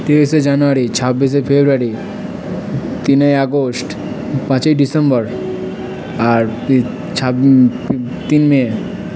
তেইশে জানুয়ারি ছাব্বিশে ফেব্রুয়ারি তিনই আগস্ট পাঁচই ডিসেম্বর আর ছাব্বি তিন মে